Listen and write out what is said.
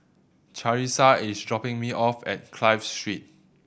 Charissa is dropping me off at Clive Street